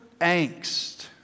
angst